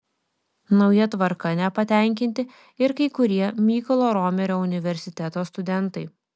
nauja tvarka nepatenkinti ir kai kurie mykolo romerio universiteto studentai